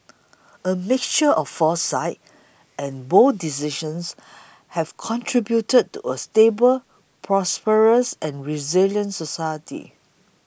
a mixture of foresight and bold decisions have contributed to a stable prosperous and resilient society